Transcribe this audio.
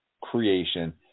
creation